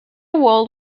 world